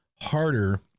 harder